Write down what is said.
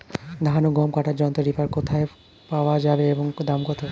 ধান ও গম কাটার যন্ত্র রিপার কোথায় পাওয়া যাবে এবং দাম কত?